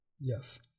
Yes